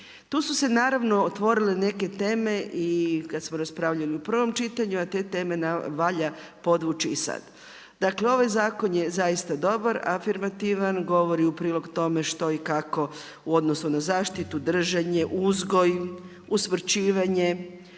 Tu su se naravno otvorile neke teme i kad smo raspravljali u prvom čitanju, a te teme valja podvući i sad. Dakle ovaj zakon je zaista dobra, afirmativan, govori u prilog tome što i kako u odnosu na zaštitu, držanje, uzgoj, usmrćivanje,